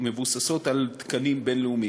מבוססות על תקנים בין-לאומיים.